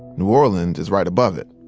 new orleans is right above it.